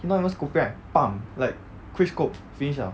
he not even scoping right bam like quick scope finish liao